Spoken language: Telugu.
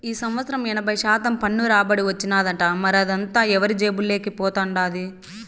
ఈ సంవత్సరం ఎనభై శాతం పన్ను రాబడి వచ్చినాదట, మరదంతా ఎవరి జేబుల్లోకి పోతండాది